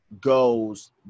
goes